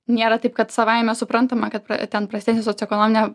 nėra taip kad savaime suprantama kad ten prastesnė socioekonominė